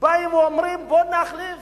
באים ואומרים: בוא נחליף